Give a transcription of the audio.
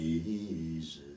Jesus